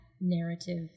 narrative